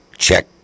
check